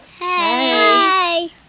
Hey